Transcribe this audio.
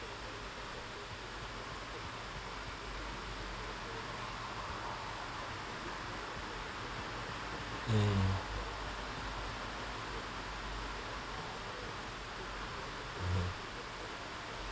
hmm hmm